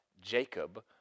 Jacob